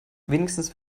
wenigstens